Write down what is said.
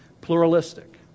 Pluralistic